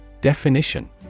Definition